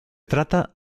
trata